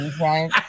right